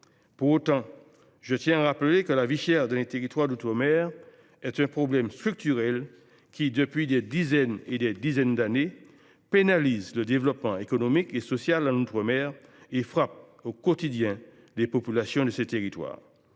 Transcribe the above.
Pour autant, je tiens à rappeler que la vie chère dans les territoires d’outre mer est un problème structurel qui, depuis des dizaines et des dizaines d’années, pénalise le développement économique et social de ces territoires et frappe au quotidien leurs populations. Cela se traduit